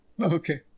okay